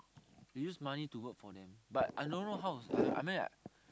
they use money to work for them but I don't know how to say I mean like